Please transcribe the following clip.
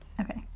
Okay